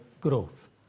growth